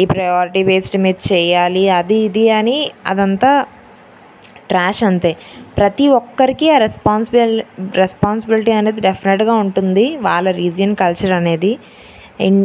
ఈ priority based మీద చేయాలి అది ఇది అని అది అంతా ట్రాష్ అంతే ప్రతీ ఒక్కరికి ఆ రెస్పాన్సిబుల్ రెస్పాన్సిబిలిటీ అనేది డెఫినెట్గా ఉంటుంది వాళ్ళ రీజియన్ కల్చర్ అనేది అండ్